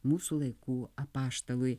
mūsų laikų apaštalui